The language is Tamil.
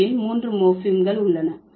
உண்மையில் மூன்று மோர்ப்பிகள் உள்ளன